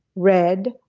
red,